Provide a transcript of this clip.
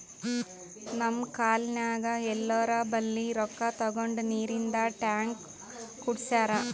ನಮ್ ಕಾಲ್ನಿನಾಗ್ ಎಲ್ಲೋರ್ ಬಲ್ಲಿ ರೊಕ್ಕಾ ತಗೊಂಡ್ ನೀರಿಂದ್ ಟ್ಯಾಂಕ್ ಕುಡ್ಸ್ಯಾರ್